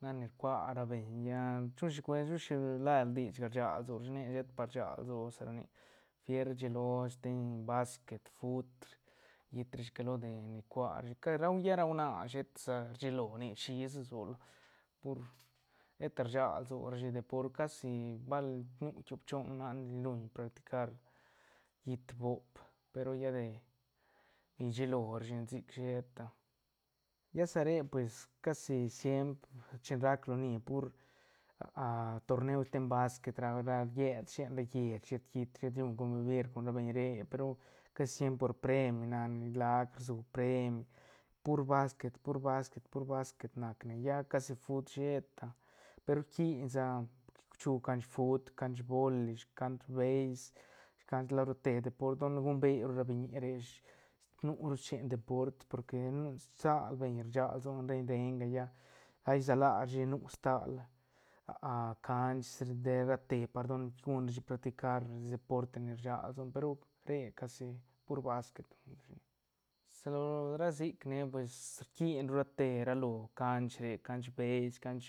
nac ni rcua ra beñ ya chu si cuent chu shila dichga rsag lso rashi ne sheta pa rsag lsoa sa ra nic prefiera shilo steñ basquet fut riit rashi que lo de ne rcua rashi ca huia ra huana sheta sa rshilo nic shisa sola pur sheta rsag lso rashi deport casi bal nu tiop choon huana ni ruñ practicar riit boop pe ru lla de rshilo rashine sic sheta ya sa re pues casi siempr chin rac loni pur torneo sten basquet ra- ra riet schen ra lleich riet kiit riet lluñ com vivir con ra beñ re pe ru casi siempr por preim nac ni lac rsu preim pur basquet- pur basquet- pur basquet nac ne lla casi fut sheta pe ru rquin sa chu canch fut canch boli cach beis canch lo ra te deport don gumbe ru ra biñi re ish nu ru schen deport por que nu stal beñ rsag lsone reñ reñga lla laisa la rashi nu stal canch de ra te par don guñrashi practicar deporte ni rsag lso ne pe ru re casi pur basquet ruñ rashi sa lo ra sic nic nia pues rquin ru ra te ra lo canch re cnch beis canch.